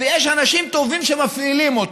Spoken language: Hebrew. ויש אנשים טובים שמפעילים אותה,